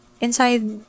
inside